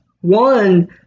one